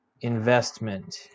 investment